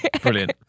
Brilliant